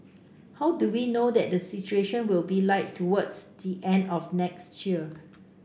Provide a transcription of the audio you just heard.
how do we know that the situation will be like towards the end of next year